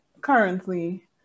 currently